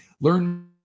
Learn